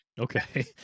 Okay